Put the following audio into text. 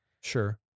Sure